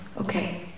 Okay